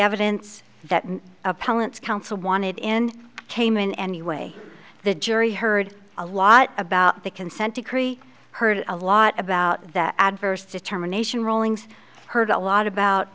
evidence that opponents counsel wanted in came in anyway the jury heard a lot about the consent decree heard a lot about that adverse determination rulings heard a lot about